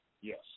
Yes